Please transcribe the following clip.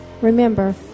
Remember